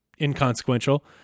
inconsequential